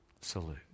salute